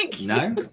No